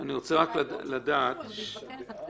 גם אם בנסיבות אחרות הוא היה גורם במיתון